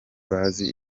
bazi